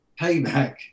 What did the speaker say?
payback